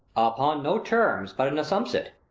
upon no terms but an assumpsit.